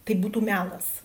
tai būtų melas